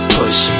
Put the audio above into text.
push